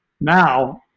now